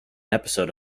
episode